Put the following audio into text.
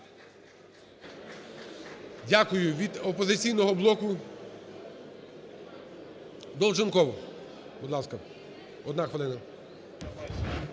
Дякую. Від "Опозиційного блоку" Долженков, будь ласка, 1 хвилина.